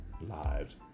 lives